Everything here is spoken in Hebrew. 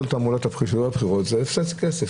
כל תעמולת בחירות זה הפסד כסף.